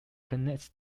connects